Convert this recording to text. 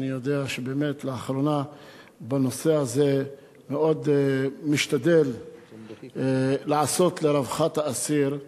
אני יודע שבאמת לאחרונה בנושא הזה מאוד משתדל לעשות לרווחת האסיר,